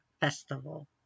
festival